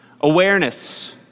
Awareness